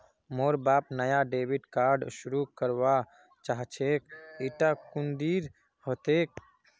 मोर बाप नाया डेबिट कार्ड शुरू करवा चाहछेक इटा कुंदीर हतेक